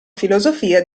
filosofia